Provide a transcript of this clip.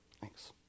Thanks